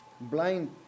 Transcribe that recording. blind